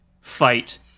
fight